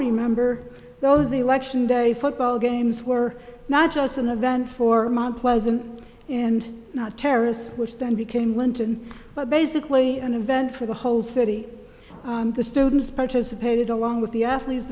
remember those election day football games were not just an event for mount pleasant and not terrace which then became linton but basically an event for the whole city the students participated along with the athletes